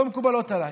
לא מקובלות עליי.